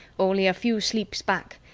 only a few sleeps back,